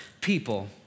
people